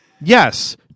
Yes